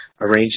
arranged